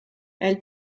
elle